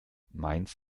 meins